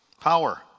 power